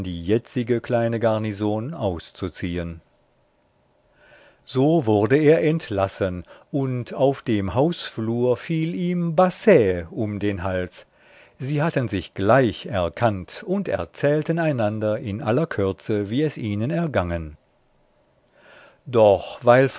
die jetzige kleine garnison auszuziehn so wurde er entlassen und auf dem hausflur fiel ihm basset um den hals sie hatten sich gleich erkannt und erzählten einander in aller kürze wie es ihnen ergangen doch